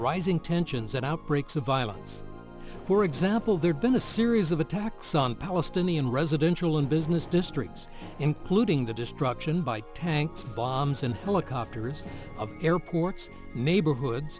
rising tensions and outbreaks of violence for example there'd been a series of attacks on palestinian residential and business districts including the destruction by tanks bombs and helicopters of airports neighborhoods